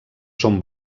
són